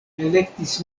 elektis